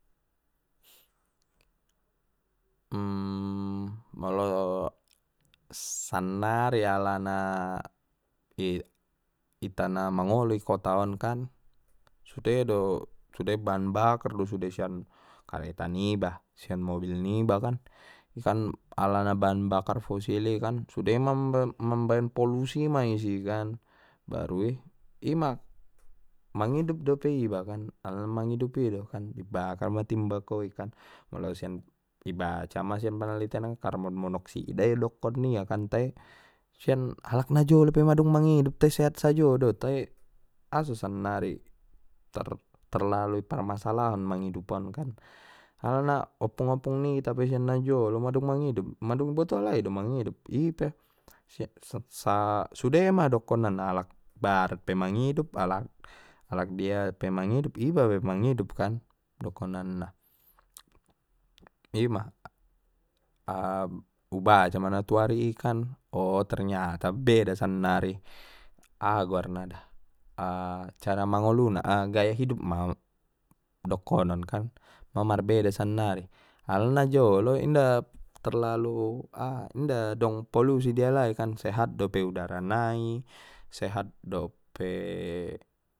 molo sannari alana, i-itana mangolu i kota on kan sude do sude bahan bakar do sude sian kareta niba sian mobil niba kan kan alana bahan bakar fosil i kan sude ma mambaen polusi ma i si kan baru i ima mangidup dope iba alana mangidup ido kan ibakar ma timbako i kan molo sian ibaca ma sian panalitian nai karbonmonoksida idokon ia kan tai sian halak na jolo pe madung mangidup tai sehat sajo do tai aso sannari tarlalu i parmasalaon mangidup on kan alana oppung oppung nita pe sian na jolo madung mangidup madung boto alai do mangidup i pe sude ma dokonan na alak alak barat pe mangidup alak alak dia pe mangidup iba pe mangidup kan dokonan na ima a ubaca ma na tuari i kan o ternyata beda sannari aha goarna da a cara mangolu na a gaya hidup ma dokonon kan ma marbeda sannari alana na jolo inda terlalu aha inda dong polusi di alai sehat dope udara nai sehat dope.